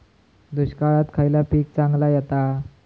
दुष्काळात खयला पीक चांगला येता?